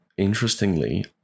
Interestingly